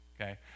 Okay